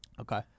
Okay